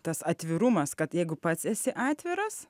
tas atvirumas kad jeigu pats esi atviras